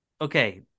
okay